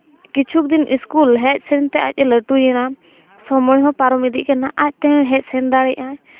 ᱠᱤᱪᱷᱩ ᱫᱤᱱ ᱥᱠᱩᱞ ᱦᱮᱡ ᱥᱮᱱᱛᱮ ᱟᱡᱼᱮ ᱞᱟᱹᱴᱩᱭᱮᱱᱟ ᱥᱚᱢᱚᱭ ᱦᱚᱸ ᱯᱟᱨᱚᱢ ᱤᱫᱤᱜ ᱠᱟᱱᱟ ᱟᱡ ᱛᱮᱦᱚᱭ ᱦᱮᱡ ᱥᱮᱱ ᱫᱟᱲᱮᱭᱟᱜ ᱟᱭ